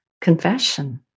confession